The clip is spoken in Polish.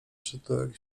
przytułek